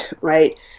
right